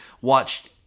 watched